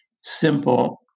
simple